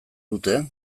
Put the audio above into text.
dute